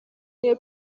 niwe